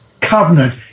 covenant